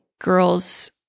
girls